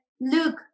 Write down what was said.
look